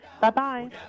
Bye-bye